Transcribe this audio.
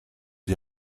die